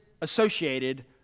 associated